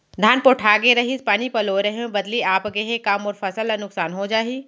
धान पोठागे रहीस, पानी पलोय रहेंव, बदली आप गे हे, का मोर फसल ल नुकसान हो जाही?